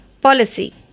policy